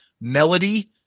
melody